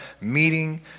meeting